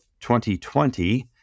2020